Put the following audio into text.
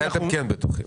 בזה אתם כן בטוחים?